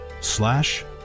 slash